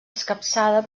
escapçada